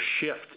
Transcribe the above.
shift